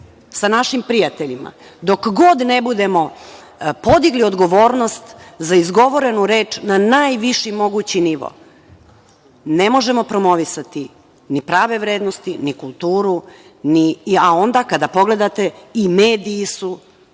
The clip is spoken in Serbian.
sa našim prijateljima. Dok god ne budemo podigli odgovornost za izgovorenu reč, na najviši mogući nivo, ne možemo promovisati ni prave vrednosti, ni kulturu. Onda kada pogledate i mediji su